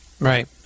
right